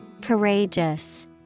Courageous